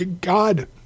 God